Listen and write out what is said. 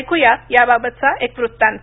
ऐकुया याबाबतचा एक वृत्तांत